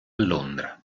londra